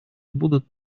будут